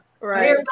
Right